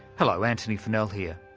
hello antony funnell here.